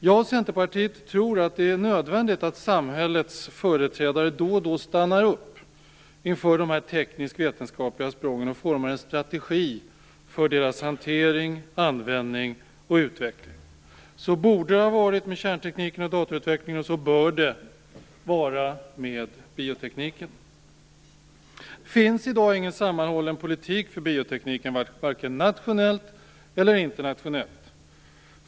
Jag och Centerpartiet tror att det är nödvändigt att samhällets företrädare då och då stannar upp inför dessa tekniskt vetenskapliga sprången och formar en strategi för deras hantering, användning och utveckling. Så borde det ha varit med kärntekniken och datautvecklingen, och så bör det vara med biotekniken. Det finns i dag inte någon sammanhållen politik för biotekniken vare sig nationellt eller internationellt.